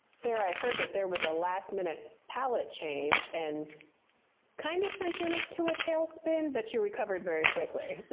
sarah, i heard that there was a last-minute palette change and kind of sent you in a to a tailspin, but you recovered very quickly.